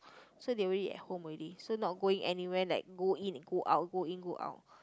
so they already at home already so not going anywhere like go in and go out go in go out